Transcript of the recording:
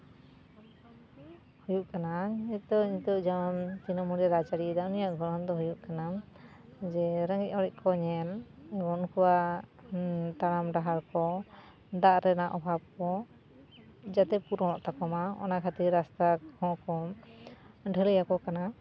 ᱦᱩᱭᱩᱜ ᱠᱟᱱᱟ ᱱᱤᱛᱳᱜ ᱱᱤᱛᱳᱜ ᱡᱮᱢᱚᱱ ᱛᱤᱱᱟᱹᱜ ᱢᱚᱡᱮ ᱨᱟᱡᱽ ᱟᱹᱨᱤᱭᱮᱫᱟ ᱩᱱᱤᱭᱟᱜ ᱜᱚᱲᱦᱚᱱ ᱫᱚ ᱦᱩᱭᱩᱜ ᱠᱟᱱᱟ ᱡᱮ ᱨᱮᱸᱜᱮᱡ ᱚᱨᱮᱡ ᱠᱚ ᱧᱮᱞ ᱩᱱᱠᱩᱣᱟᱜ ᱛᱟᱲᱟᱢ ᱰᱟᱦᱟᱨ ᱠᱚ ᱫᱟᱜ ᱨᱮᱱᱟᱜ ᱚᱵᱷᱟᱵᱽ ᱠᱚ ᱡᱟᱛᱮ ᱯᱩᱨᱚᱱᱚᱜ ᱛᱟᱠᱚ ᱢᱟ ᱚᱱᱟ ᱠᱷᱟᱹᱛᱤᱨ ᱨᱟᱥᱛᱟ ᱠᱚ ᱰᱷᱟᱹᱞᱟᱹᱭᱟᱠᱚ ᱠᱟᱱᱟ